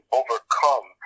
overcome